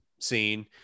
scene